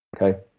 okay